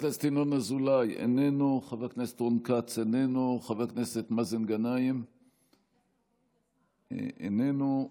חבר הכנסת ינון אזולאי, איננו,